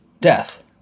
death